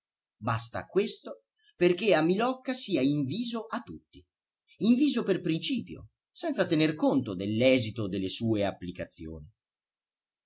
basta questo perché a milocca sia inviso a tutti inviso per principio senza tener conto dell'esito delle sue applicazioni